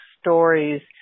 stories